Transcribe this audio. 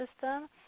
system